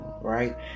right